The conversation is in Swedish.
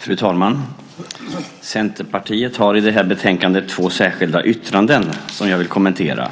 Fru talman! Centerpartiet har i detta betänkande två särskilda yttranden som jag vill kommentera.